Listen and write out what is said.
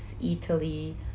Italy